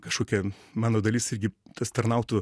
kažkokia mano dalis irgi tas tarnautų